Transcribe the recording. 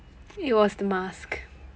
it was the mask